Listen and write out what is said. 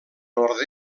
nord